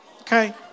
Okay